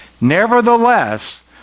Nevertheless